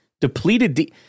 Depleted